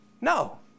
No